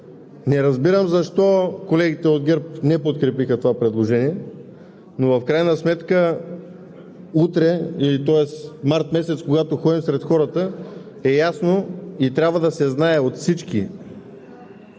не разбирам защо колегите от ГЕРБ не подкрепиха това предложение. В крайна сметка през март месец, когато ходим сред хората, е ясно и трябва да се знае от всички